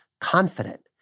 Confident